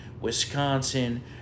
Wisconsin